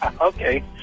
Okay